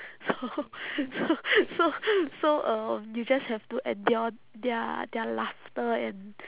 so so so so um you just have to endure their their laughter and